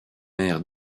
aire